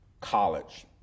college